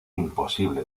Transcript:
imposible